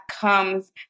comes